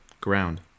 ground